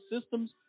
systems